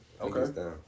Okay